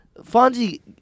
Fonzie